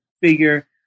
figure